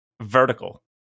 vertical